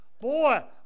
Boy